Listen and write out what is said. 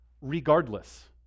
Regardless